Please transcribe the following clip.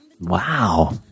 Wow